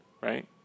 right